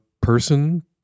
person